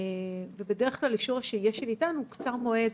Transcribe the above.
ובדרך כלל אישור השהייה שניתן הוא קצר מועד,